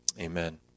Amen